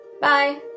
bye